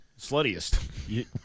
Sluttiest